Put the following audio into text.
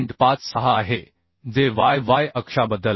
56 आहे जे Yy अक्षाबद्दल आहे